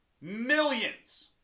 Millions